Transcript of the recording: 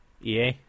EA